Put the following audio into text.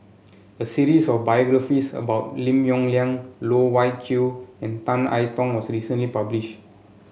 a series of biographies about Lim Yong Liang Loh Wai Kiew and Tan I Tong was recently published